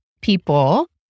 people